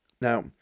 Now